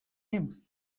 him